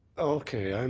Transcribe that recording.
okay. and